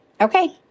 okay